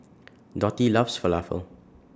Dottie loves Falafel